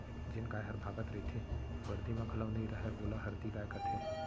जेन गाय हर भागत रइथे, बरदी म घलौ नइ रहय वोला हरही गाय कथें